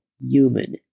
human